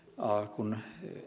kun